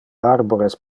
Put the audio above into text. arbores